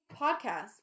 Podcast